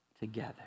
together